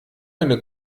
eine